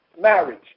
marriage